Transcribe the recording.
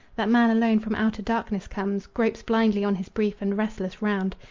that man alone from outer darkness comes, gropes blindly on his brief and restless round,